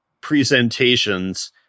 presentations